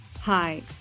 Hi